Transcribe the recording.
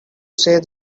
say